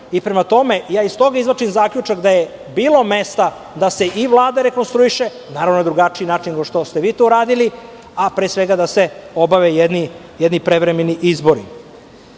Prema tome iz toga izvlačim zaključak da je bilo mesta da se i Vlada rekonstruiše, naravno, na drugačiji način nego što ste vi to uradili, a pre svega da se obave jedni prevremeni izbori. Kada